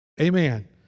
amen